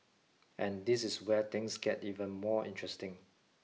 and this is where things get even more interesting